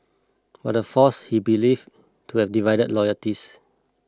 but the force he believe to have divided loyalties